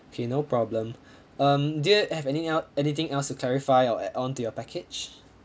okay no problem um do you have anything el~ anything else to clarify or add on to your package